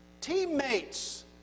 teammates